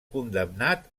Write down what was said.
condemnat